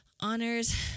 honors